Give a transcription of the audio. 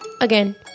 Again